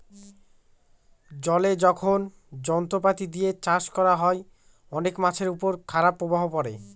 জলে যখন যন্ত্রপাতি দিয়ে চাষ করা হয়, অনেক মাছের উপর খারাপ প্রভাব পড়ে